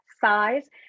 size